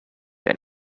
than